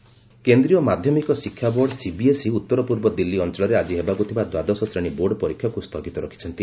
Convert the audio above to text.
CBSE exam କେନ୍ଦ୍ରୀୟ ମାଧ୍ୟମିକ ଶିକ୍ଷା ବୋର୍ଡ ସିବିଏସ୍ଇ ଉତ୍ତର ପୂର୍ବ ଦିଲ୍ଲୀ ଅଞ୍ଚଳରେ ଆଜି ହେବାକୁ ଥିବା ଦ୍ୱାଦଶ ଶ୍ରେଣୀ ବୋର୍ଡ ପରୀକ୍ଷାକୁ ସ୍ଥଗିତ ରଖିଛନ୍ତି